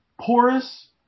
porous